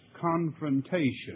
confrontation